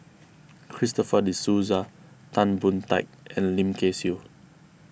Christopher De Souza Tan Boon Teik and Lim Kay Siu